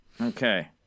Okay